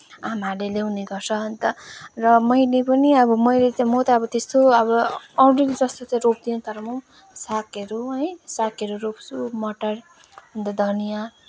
आमाहरूले ल्याउने गर्छ अन्त र मैले पनि अब मैले त म अब त्यस्तो अब अरूले जस्तो त रोप्दिनँ तर म पनि सागहरू है सागहरू रोप्छु मटर अन्त धनिया